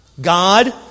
God